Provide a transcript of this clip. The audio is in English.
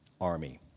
army